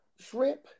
shrimp